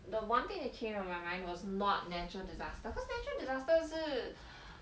the one thing that came into my mind was not natural disaster cause natural disaster 是